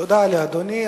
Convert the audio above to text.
תודה לאדוני.